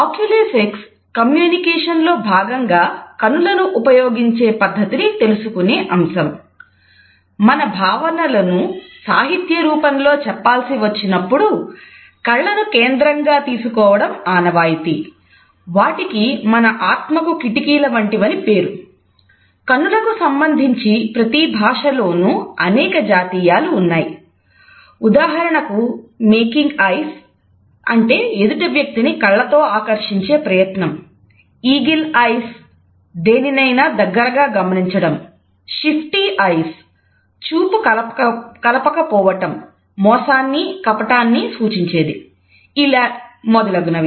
oculesics మొదలగునవి